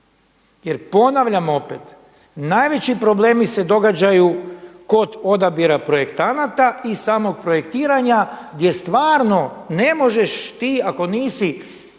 Jer ponavljam opet, najveći problemi se događaju kod odabira projektanata i samog projektiranja gdje stvarno ne možeš ti ako nisi